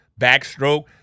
backstroke